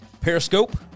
Periscope